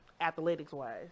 athletics-wise